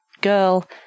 girl